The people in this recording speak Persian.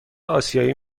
آسیایی